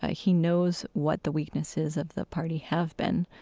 ah he knows what the weaknesses of the party have been.